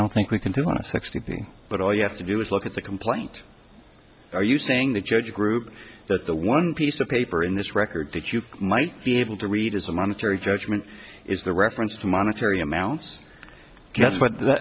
don't think we can do on a sixty but all you have to do is look at the complaint are you saying the judge group that the one piece of paper in this record that you might be able to read is a monetary judgment is the reference to monetary amounts that's what